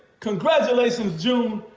congratulations june.